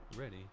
ready